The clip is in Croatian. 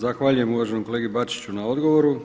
Zahvaljujem uvaženom kolegi Bačiću na odgovoru.